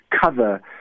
cover